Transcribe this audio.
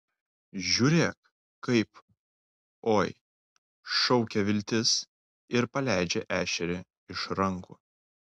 žiūrėk kaip oi šaukia viltis ir paleidžia ešerį iš rankų